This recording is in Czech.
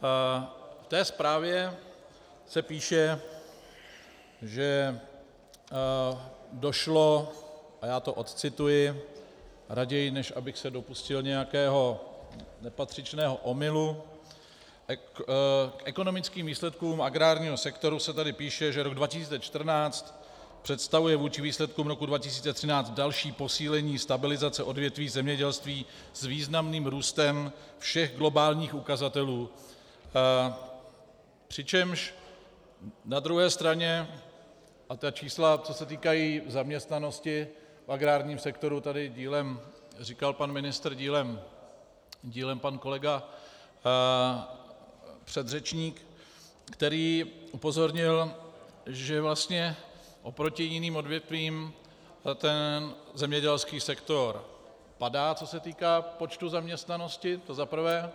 V té zprávě se píše, že došlo a já to odcituji raději, než abych se dopustil nějakého nepatřičného omylu k ekonomickým výsledkům agrárního sektoru se tady píše, že rok 2014 představuje vůči výsledkům roku 2013 další posílení stabilizace odvětví zemědělství s významným růstem všech globálních ukazatelů, přičemž na druhé straně a ta čísla, co se týkají zaměstnanosti v agrárním sektoru, tady dílem říkal pan ministr, dílem pan kolega předřečník, který upozornil, že vlastně oproti jiným odvětvím ten zemědělský sektor padá, co se týká počtu zaměstnanosti, to za prvé.